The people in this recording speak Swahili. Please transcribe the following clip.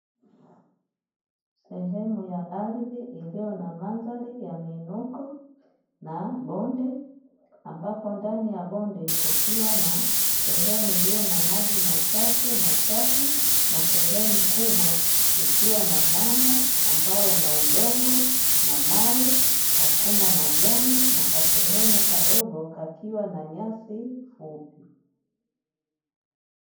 Sehemu ya ardhi iliyo na mandhari ya miinuko na bonde ambapo ndani ya bonde kukiwa na sehemu, iliyo na maji machache machafu na sehemu kubwa, ikiwa na mwamba ambao una udongo na mawe hakuna majani na kasehemu kadogo kakiwa na nyasi fupi.